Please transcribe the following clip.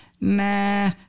nah